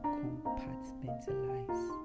compartmentalize